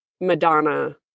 madonna